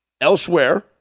Elsewhere